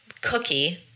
cookie